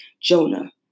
Jonah